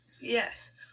Yes